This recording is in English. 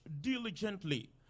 diligently